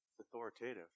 authoritative